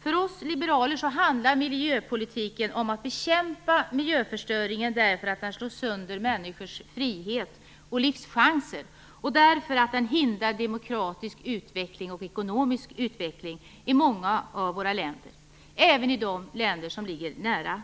För oss liberaler handlar miljöpolitiken om att bekämpa miljöförstöringen därför att den slår sönder människors frihet och livschanser och därför att den hindrar demokratisk och ekonomisk utveckling i många länder, även i länder som ligger nära